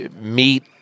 meet